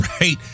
right